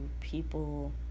people